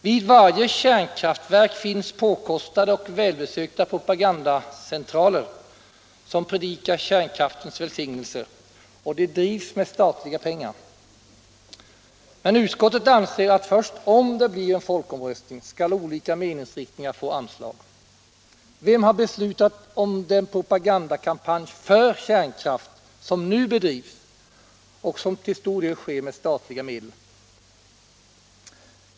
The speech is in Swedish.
Vid varje kärnkraftverk finns påkostade och välbesökta propagandacentraler där man predikar kärnkraftens välsignelser. Dessa drivs med statliga pengar. Men utskottet anser att först om det blir en folkomröstning skall olika meningsriktningar få anslag. Vem har beslutat om den propagandakampanj för kärnkraft som nu bedrivs och som till stor del sker med statliga medel?